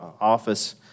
office